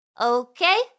Okay